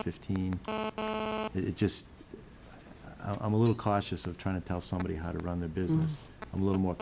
fifteen it's just i'm a little cautious of trying to tell somebody how to run the business a little more